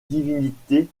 divinité